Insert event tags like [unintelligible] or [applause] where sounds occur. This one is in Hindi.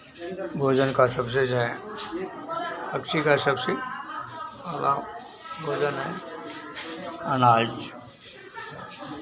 भोजन का सबसे जो है पक्षी का सबसे [unintelligible] भोजन है अनाज